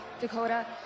Dakota